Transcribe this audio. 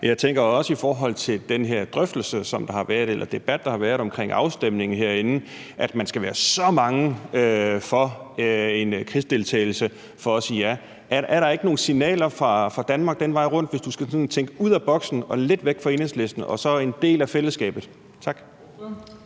jeg tænker det også i forhold til den her drøftelse eller debat, som der har været, omkring afstemning herinde, og at man skal være så mange for en krigsdeltagelse for at sige ja. Er der ikke nogen signaler fra Danmark den vej rundt, hvis du sådan skal tænke ud af boksen, lidt væk fra Enhedslisten og som en del af fællesskabet? Tak.